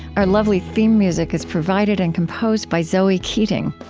our lovely theme music is provided and composed by zoe keating.